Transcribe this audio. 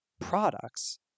products